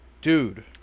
Dude